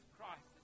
Christ